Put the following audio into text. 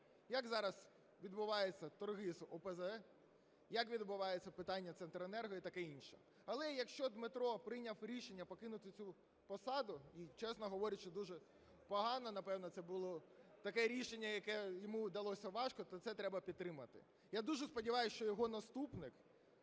Як зараз відбуваються торги з ОПЗ? Як відбувається питання Центренерго і таке інше? Але якщо Дмитро прийняв рішення покинути цю посаду, і, чесно говорячи, дуже погано, напевно, це було таке рішення, яке йому далося важко, то це треба підтримати. Я дуже сподіваюся, що його наступник